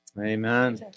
Amen